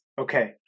Okay